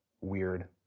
weird